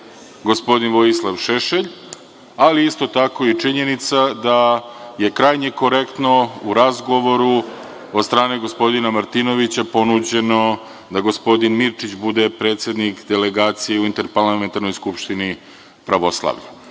gospodin Vojislav Šešelj, ali isto tako i činjenica da je krajnje korektno u razgovoru od strane gospodina Martinovića ponuđeno da gospodin Mirčić bude predsednik delegacije u Interparlamentarnoj skupštini pravoslavlja. Ja